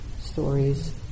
stories